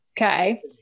Okay